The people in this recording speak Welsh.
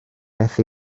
beth